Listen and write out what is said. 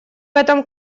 этом